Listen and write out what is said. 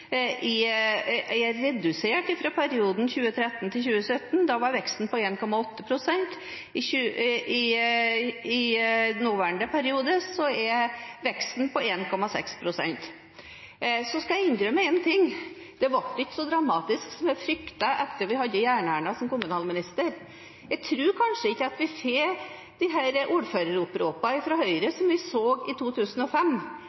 veksten er redusert i perioden fra 2013 til 2017. Da var veksten på 1,8 pst. I den nåværende perioden er veksten på 1,6 pst. Så skal jeg innrømme én ting: Det ble ikke så dramatisk som jeg fryktet, etter at vi hadde Jern-Erna som kommunalminister. Jeg tror kanskje ikke at vi får dette ordføreroppropet fra Høyre